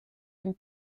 une